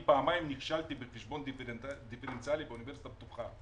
פעמים נכשלתי בחשבון דיפרנציאלי באוניברסיטה הפתוחה.